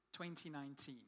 2019